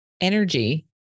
energy